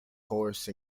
horse